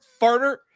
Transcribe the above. farter